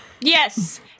Yes